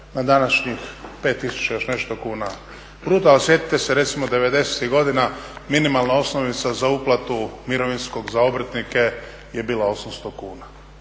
na današnjih 5 tisuća i još nešto kuna. A sjetite se recimo 90-ih godina, minimalna osnovica za uplatu mirovinskog za obrtnike je bila 800 kuna,